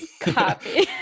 Copy